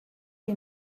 die